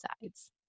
sides